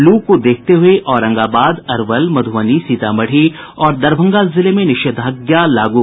लू को देखते हुए औरंगाबाद अरवल मधुबनी सीतामढ़ी और दरभंगा जिले में निषंधाज्ञा लागू